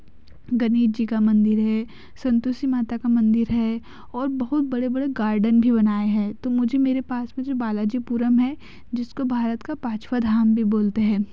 गणेश जी का मंदिर है संतोषी माता का मंदिर है और बहुत बड़े बड़े गार्डन भी बनाए हैं तो मुझे मेरे पास में जो बालाजी पूरम है जिसको भारत का पाँचवा धाम भी बोलते हैं